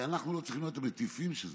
והרי אנחנו לא צריכים להיות המטיפים של זה,